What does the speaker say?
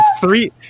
three